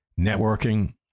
networking